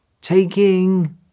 taking